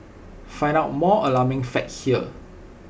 find out more alarming facts here